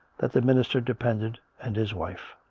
that the minister depended and his wife.